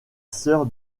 sœur